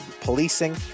policing